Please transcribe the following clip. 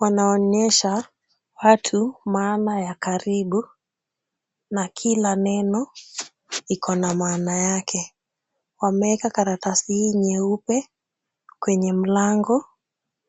Wanaonyesha watu maana ya karibu na kila neno iko na maana yake. Wameeka karatasi hii nyeupe kwenye mlango